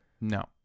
No